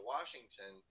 Washington